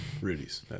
Rudy's